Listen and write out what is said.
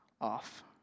off